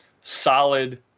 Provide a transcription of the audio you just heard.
solid